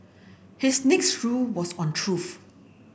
his next rule was on truth